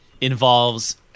involves